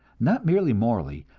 not merely morally,